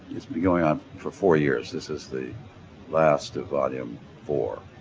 it's been going on for four years, this is the last of volume four.